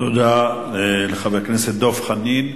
תודה לחבר הכנסת דב חנין.